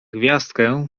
gwiazdkę